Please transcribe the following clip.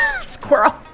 Squirrel